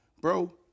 Bro